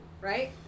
right